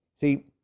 See